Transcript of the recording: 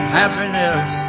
happiness